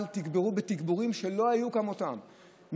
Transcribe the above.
אבל תגברו בתגבורים שלא היו כמותם,